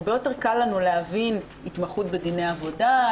הרבה יותר קל לנו להבין התמחות בדיני עבודה,